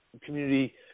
community